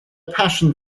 passion